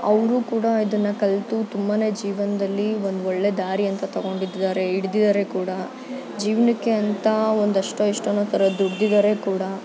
ಅವರೂ ಕೂಡ ಇದನ್ನು ಕಲಿತು ತುಂಬ ಜೀವನದಲ್ಲಿ ಒಂದು ಒಳ್ಳೆಯ ದಾರಿ ಅಂತ ತಗೊಂಡು ಇದ್ದಾರೆ ಹಿಡ್ದಿದಾರೆ ಕೂಡ ಜೀವನಕ್ಕೆ ಅಂತ ಒಂದಷ್ಟೋ ಇಷ್ಟೋ ಅನ್ನೋ ಥರ ದುಡ್ದಿದ್ದಾರೆ ಕೂಡ